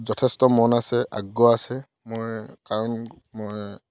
যথেষ্ট মন আছে আগ্ৰহ আছে মই কাৰণ মই